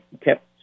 kept